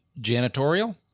Janitorial